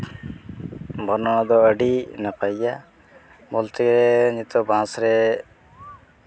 ᱵᱚᱨᱱᱚᱱᱟ ᱫᱚ ᱟᱹᱰᱤ ᱱᱟᱯᱟᱭ ᱜᱮᱭᱟ ᱵᱚᱞᱛᱮ ᱱᱤᱛᱚᱜ ᱵᱟᱥ ᱨᱮ